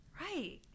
Right